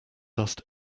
dust